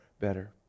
better